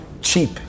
cheap